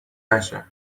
نشه